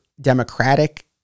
democratic